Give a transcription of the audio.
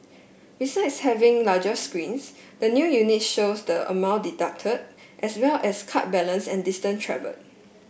besides having larger screens the new units shows the amount deducted as well as card balance and distance travelled